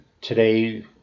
today